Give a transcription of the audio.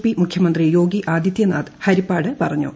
P മുഖ്യമന്ത്രി യോഗി ആദിത്യനാഥ് ഹരിപ്പാട് പറഞ്ഞു